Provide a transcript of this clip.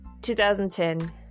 2010